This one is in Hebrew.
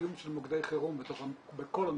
קיום של מוקדי חירום בכל המסיבות.